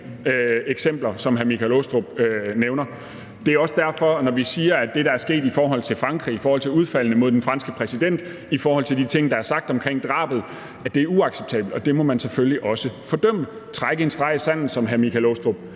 eksempler, som hr. Michael Aastrup Jensen nævner. Det er også derfor, vi siger, at det, der er sket i forhold til Frankrig med udfaldene mod den franske præsident og de ting, der er sagt om drabet, er uacceptabelt, og det må man selvfølgelig også fordømme, altså man må trække en streg i sandet, som hr. Michael Aastrup